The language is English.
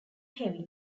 heavy